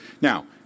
Now